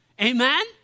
Amen